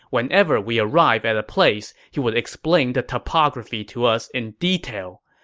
whenever we arrive at a place, he would explain the topography to us in detail.